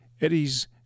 Eddie's